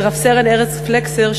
ורב-סרן ארז פלקסר,